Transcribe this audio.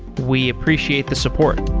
we appreciate the support